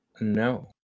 No